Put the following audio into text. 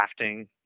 crafting